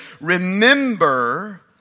remember